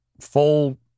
full